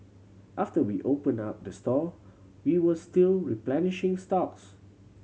after we opened up the store we were still replenishing stocks